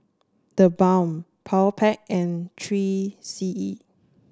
TheBalm Powerpac and Three C E